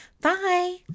bye